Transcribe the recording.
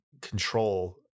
control